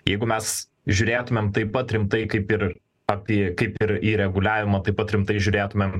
jeigu mes žiūrėtumėm taip pat rimtai kaip ir apie kaip ir į reguliavimą taip pat rimtai žiūrėtumėm